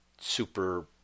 super